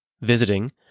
visiting